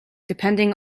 depending